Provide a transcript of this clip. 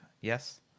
yes